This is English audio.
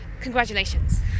Congratulations